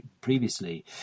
previously